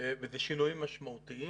ואלה שינויים משמעותיים.